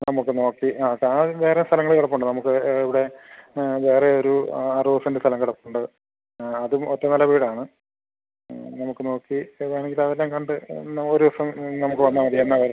നമുക്ക് നോക്കി ആ താഴെ വേറെ സ്ഥലങ്ങൾ കിടപ്പുണ്ട് നമുക്ക് ഇവിടെ വേറെ ഒരു ആ അറുപത് സെൻറ്റ് സ്ഥലം കിടപ്പുണ്ട് അതും ഒറ്റ നില വീടാണ് നമുക്ക് നോക്കി ഏതാണെങ്കിലും അത് എല്ലാം കണ്ട് നമുക്ക് ഒരു ദിവസം നമുക്ക് വന്നാൽ മതി എന്നാണ് വരുന്നത്